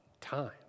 Time